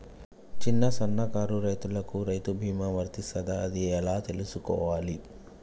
చిన్న సన్నకారు రైతులకు రైతు బీమా వర్తిస్తదా అది ఎలా తెలుసుకోవాలి?